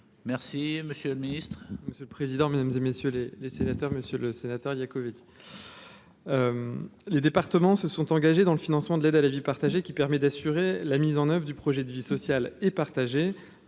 Merci, monsieur le Ministre,